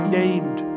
named